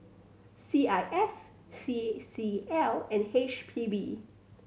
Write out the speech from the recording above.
C I S C C L and H P B